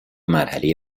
مرحله